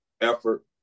effort